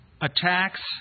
attacks